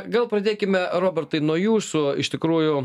gal pradėkime robertai nuo jūsų iš tikrųjų